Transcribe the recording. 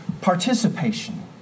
participation